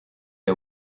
est